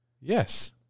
Yes